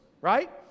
right